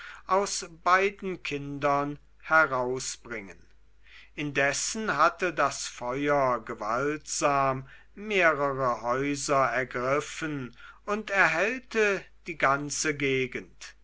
aus beiden kindern herausbringen indessen hatte das feuer gewaltsam mehrere häuser ergriffen und erhellte die ganze gegend